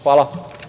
Hvala.